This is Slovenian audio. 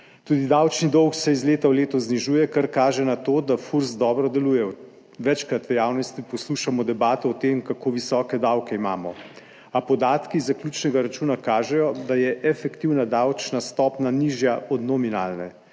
Tudi davčni dolg se iz leta v leto znižuje, kar kaže na to, da Furs dobro deluje. Večkrat v javnosti poslušamo debato o tem, kako visoke davke imamo, a podatki zaključnega računa kažejo, da je efektivna davčna stopnja nižja od nominalne,